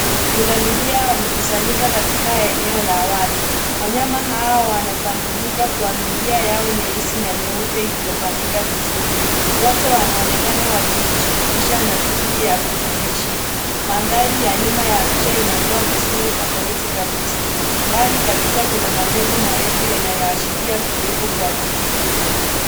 Pundamilia wamekusanyika katika eneo la wazi. Wanyama hawa wanatambulika kwa milia yao nyeusi na nyeupe iliyopangika vizuri. Wote wanaonekana wakijishughulisha na shughuli ya kujilisha. Mandhari ya nyuma ya picha inatoa taswira tofauti kabisa. Mbali kabisa kuna majengo marefu yanayoashiria kuwepo kwa jiji kubwa.